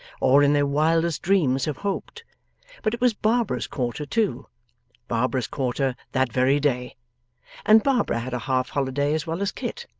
or in their wildest dreams have hoped but it was barbara's quarter too barbara's quarter, that very day and barbara had a half-holiday as well as kit,